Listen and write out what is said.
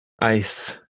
ice